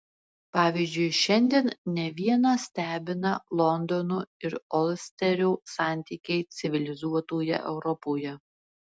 pavyzdžiui šiandien ne vieną stebina londono ir olsterio santykiai civilizuotoje europoje